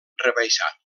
rebaixat